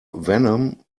venom